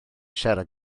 siarad